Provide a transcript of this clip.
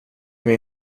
mig